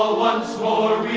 once more